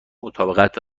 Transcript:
مطابقت